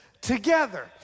together